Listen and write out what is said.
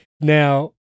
Now